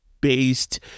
based